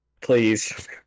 Please